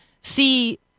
see